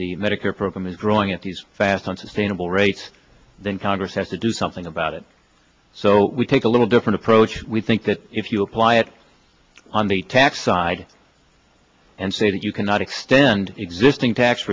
the medicare program is growing at these fast unsustainable rates then congress has to do something about it so we take a little different approach we think that if you apply it on the tax side and say that you cannot extend existing tax